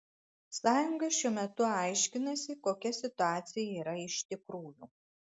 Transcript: sąjunga šiuo metu aiškinasi kokia situacija yra iš tikrųjų